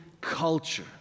culture